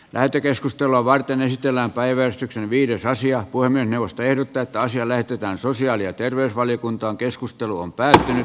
lähetekeskustelua varten esitellään päiväystyksen viides asia kuin ennuste yltää karsia löytyvän sosiaali ja terveysvaliokuntaan keskusteluun päin